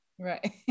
Right